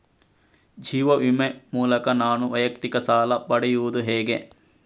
ಜೀವ ವಿಮೆ ಮೂಲಕ ನಾನು ವೈಯಕ್ತಿಕ ಸಾಲ ಪಡೆಯುದು ಹೇಗೆ?